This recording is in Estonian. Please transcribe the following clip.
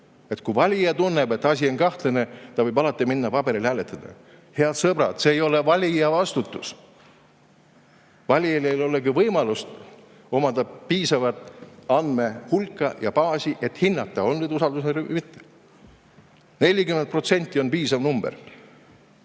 Kui valija tunneb, et asi on kahtlane, siis ta võib alati minna ja paberil hääletada. Head sõbrad, see ei ole valija vastutus. Valijal ei olegi võimalust omada piisavat andmehulka ja ‑baasi, et hinnata, on see